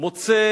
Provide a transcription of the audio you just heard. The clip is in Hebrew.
מוצא